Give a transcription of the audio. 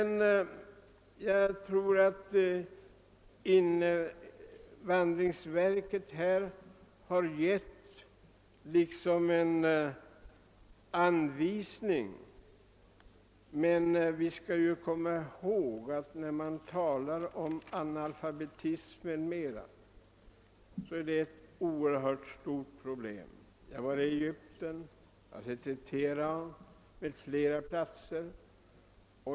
Jag tror att invandrarverket har liksom gett en anvisning. När vi talar om analfabetism o. d. skall vi komma ihåg att det rör sig om ett oerhört stort problem. Jag har sett det i Egypten, Teheran och andra platser.